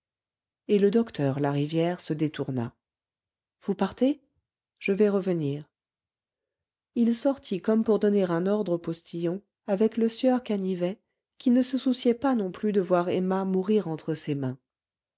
et le docteur larivière se détourna vous partez je vais revenir il sortit comme pour donner un ordre au postillon avec le sieur canivet qui ne se souciait pas non plus de voir emma mourir entre ses mains